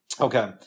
Okay